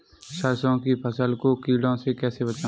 सरसों की फसल को कीड़ों से कैसे बचाएँ?